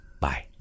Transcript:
Bye